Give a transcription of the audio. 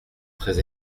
très